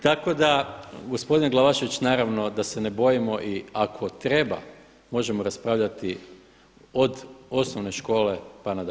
Tako da gospodine Glavašević naravno da se ne bojimo i ako treba možemo raspravljati od osnovne škole pa na dalje.